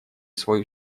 свою